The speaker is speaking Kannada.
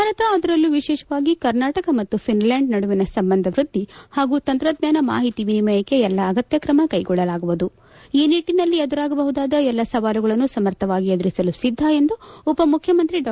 ಭಾರತ ಅದರಲ್ಲೂ ವಿಶೇಷವಾಗಿ ಕರ್ನಾಟಕ ಮತ್ತು ಪಿನ್ಲ್ಯಾಂಡ್ ನಡುವಿನ ಸಂಬಂಧವೃದ್ದಿ ಹಾಗೂ ತಂತ್ರಜ್ಞಾನ ಮಾಹಿತಿ ವಿನಿಮಯಕ್ಕೆ ಎಲ್ಲ ಅಗತ್ತ ಕ್ರಮ ಕೈಗೊಳ್ಳಲಾಗುವುದು ಈ ನಿಟ್ಟನಲ್ಲಿ ಎದುರಾಗಬಹುದಾದ ಎಲ್ಲಾ ಸವಾಲುಗಳನ್ನು ಸಮರ್ಥವಾಗಿ ಎದುರಿಸಲು ಸಿದ್ದ ಎಂದು ಉಪಮುಖ್ಯಮಂತ್ರಿ ಡಾ